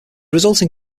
resulting